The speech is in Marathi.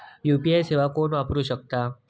यू.पी.आय सेवा कोण वापरू शकता?